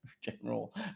General